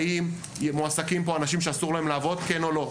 האם מועסקים פה אנשים שאסור לו לעבוד, כן או לא?